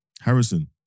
Harrison